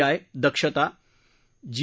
I दक्षता जी